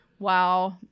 Wow